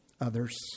others